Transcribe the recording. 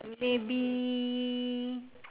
maybe